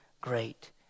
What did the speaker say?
great